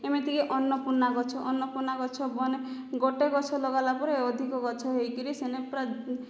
ଏମିତି କି ଅର୍ଣ୍ଣପୂର୍ଣ୍ଣା ଗଛ ଅର୍ଣ୍ଣପୂର୍ଣ୍ଣା ଗଛ ମାନେ ଗୋଟେ ଗଛ ଲଗାଲା ପରେ ଅଧିକ ଗଛ ହେଇକିରି ସେନେ ପୁରା